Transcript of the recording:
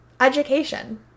education